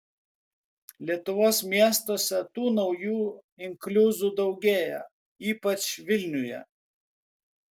lietuvos miestuose tų naujų inkliuzų daugėja ypač vilniuje